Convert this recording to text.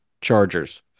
Chargers